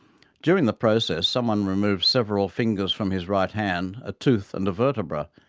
during the process someone removed several fingers from his right hand, a tooth and a vertebra.